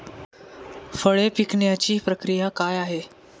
फळे पिकण्याची प्रक्रिया काय आहे?